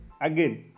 again